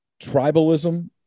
Tribalism